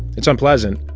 it's unpleasant,